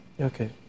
okay